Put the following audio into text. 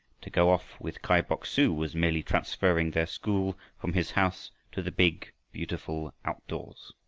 to go off with kai bok-su was merely transferring their school from his house to the big beautiful outdoors.